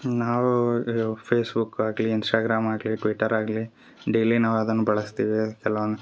ನಾವು ಈ ಫೇಸ್ಬುಕ್ ಆಗಲಿ ಇನ್ಸ್ಟಾಗ್ರಾಮ್ ಆಗಲಿ ಟ್ವಿಟರ್ ಆಗಲಿ ಡೆಲಿ ನಾವು ಅದನ್ನ ಬಳಸ್ತೀವಿ ಕೆಲವೊಂದು